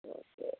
okay